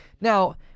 now